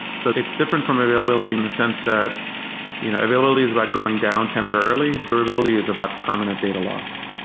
so it's different from availability in the sense that you know availability is about going down temporarily. durability is about permanent data loss.